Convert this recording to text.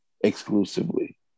exclusively